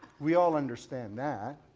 we all understand that.